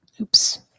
Oops